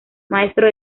maestro